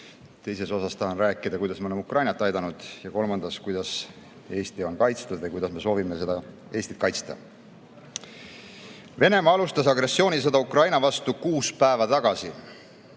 teises osas tahan rääkida, kuidas me oleme Ukrainat aidanud, ja kolmandas, kuidas Eesti on kaitstud või kuidas me soovime Eestit kaitsta. Venemaa alustas agressioonisõda Ukraina vastu kuus päeva tagasi,